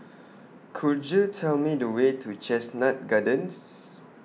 Could YOU Tell Me The Way to Chestnut Gardens